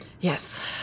yes